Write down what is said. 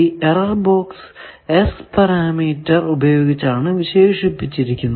ഈ error box S parameter ഉപയോഗിച്ചാണ് വിശേഷിപ്പിച്ചിരിക്കുന്നത്